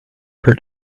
per